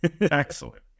Excellent